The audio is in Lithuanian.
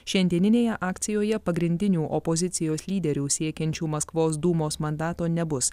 šiandieninėje akcijoje pagrindinių opozicijos lyderių siekiančių maskvos dūmos mandato nebus